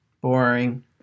Boring